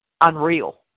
unreal